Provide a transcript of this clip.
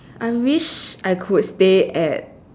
I wish I could stay at